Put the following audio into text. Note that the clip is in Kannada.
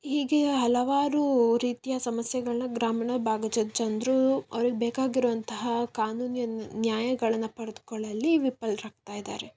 ಹೀಗೆ ಹಲವಾರು ರೀತಿಯ ಸಮಸ್ಯೆಗಳನ್ನ ಗ್ರಾಮೀಣ ಭಾಗದ ಜನರು ಅವ್ರಿಗೆ ಬೇಕಾಗಿರುವಂತಹ ಕಾನೂನಿನ ನ್ಯಾಯಗಳನ್ನು ಪಡೆದುಕೊಳ್ಳುವಲ್ಲಿ ವಿಫಲರಾಗ್ತಾ ಇದ್ದಾರೆ